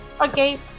Okay